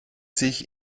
sich